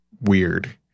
weird